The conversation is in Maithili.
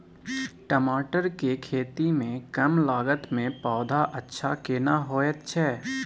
टमाटर के खेती में कम लागत में पौधा अच्छा केना होयत छै?